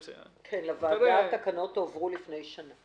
לוועדה התקנות הועברו לפני שנה.